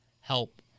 help